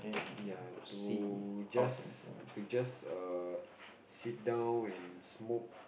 ya to just to just err sit down and smoke